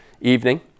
evening